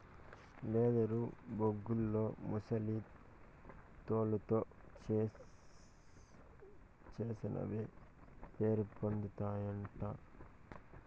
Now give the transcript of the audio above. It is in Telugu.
లెదరు బేగుల్లో ముసలి తోలుతో చేసినవే పేరుపొందాయటన్నా